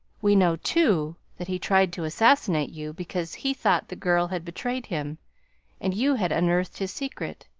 we know, too, that he tried to assassinate you because he thought the girl had betrayed him and you had unearthed his secret.